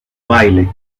baile